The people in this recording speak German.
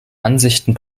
ansichten